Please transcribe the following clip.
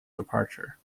departure